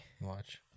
watch